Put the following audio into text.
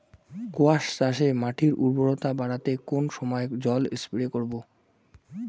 কোয়াস চাষে মাটির উর্বরতা বাড়াতে কোন সময় জল স্প্রে করব?